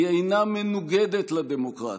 היא אינה מנוגדת לדמוקרטיה,